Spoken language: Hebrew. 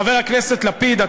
חבר הכנסת לפיד,